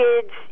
Kids